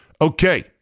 Okay